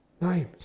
names